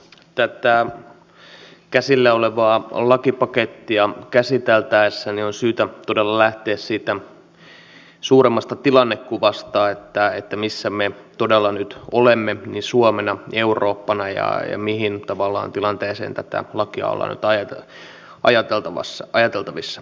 tätä käsillä olevaa lakipakettia käsiteltäessä on todella syytä lähteä siitä suuremmasta tilannekuvasta missä me nyt olemme suomena eurooppana ja tavallaan mihin tilanteeseen tämä laki on nyt ajateltavissa